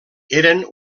eren